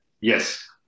Yes